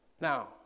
Now